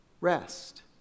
rest